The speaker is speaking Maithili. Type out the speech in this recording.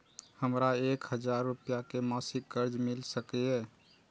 हमरा एक हजार रुपया के मासिक कर्ज मिल सकिय?